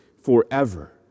forever